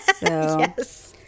Yes